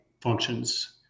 functions